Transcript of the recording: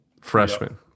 Freshman